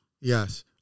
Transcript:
Yes